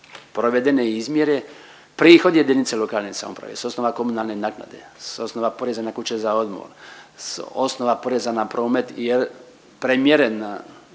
provedene izmjere prihod JLS s osnova komunalne naknade, s osnova poreza na kuće za odmor, s osnova poreza na promet jer premjerena